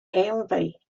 envy